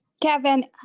Kevin